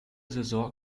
saison